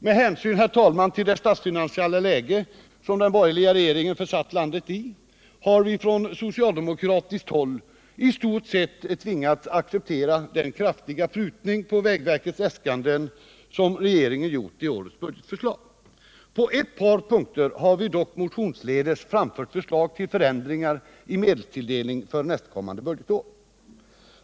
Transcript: Med hänsyn till det statsfinansiella läge som den borgerliga regeringen försatt landet i har vi från socialdemokratiskt håll i stort sett tvingats acceptera den kraftiga prutning på vägverkets äskande som regeringen gjort i årets budgetförslag. På ett par punkter har vi dock motionsvägen framfört förslag till förändringar i medelstilldelningen för nästkommande budgetår.